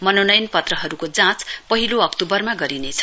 मनोनयन पत्रहरूको जाँच पहिलो अक्ट्रवरमा गरिनेछ